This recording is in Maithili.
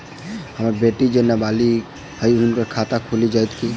हम्मर बेटी जेँ नबालिग छथि हुनक खाता खुलि जाइत की?